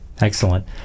Excellent